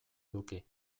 eduki